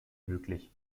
möglich